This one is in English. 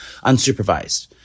unsupervised